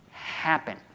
happen